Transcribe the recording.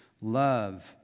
Love